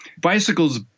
Bicycles